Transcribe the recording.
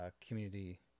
community